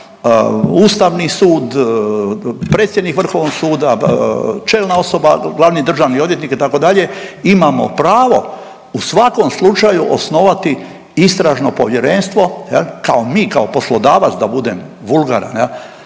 Ustavni sud, predsjednik Vrhovnog suda, čelna osoba, glavni državni odvjetnik itd., imamo pravo u svakom slučaju osnovati istražno povjerenstvo, jel kao mi kao poslodavac da budem vulgaran.